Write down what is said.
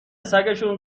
سگشون